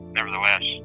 Nevertheless